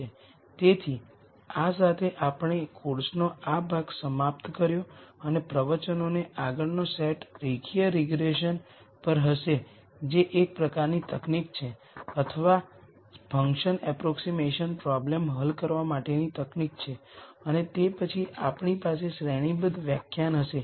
તેથી આ સાથે આપણે કોર્સનો આ ભાગ સમાપ્ત કર્યો અને પ્રવચનોનો આગળનો સેટ રેખીય રીગ્રેસન પર હશે જે એક પ્રકારની તકનીક છે અથવા ફંકશન અપ્રોક્ઝીમેશન પ્રોબ્લેમ હલ કરવા માટેની તકનીક છે અને તે પછી આપણી પાસે શ્રેણીબદ્ધ વ્યાખ્યાન હશે